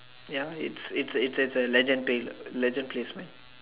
ya it's it's it's it's a legend taste lah legend place man